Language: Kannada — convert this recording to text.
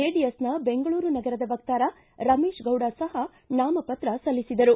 ಜೆಡಿಎಸ್ನ ಬೆಂಗಳೂರು ನಗರದ ವಕ್ತಾರ ರಮೇಶ್ ಗೌಡ ಸಹ ನಾಮಪತ್ರ ಸಲ್ಲಿಸಿದರು